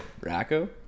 Racco